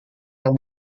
yang